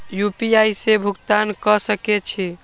UPI से भुगतान क सके छी?